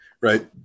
right